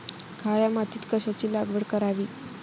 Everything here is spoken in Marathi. काळ्या मातीत कशाची लागवड करावी?